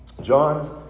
John's